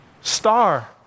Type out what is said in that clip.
star